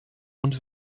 und